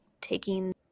taking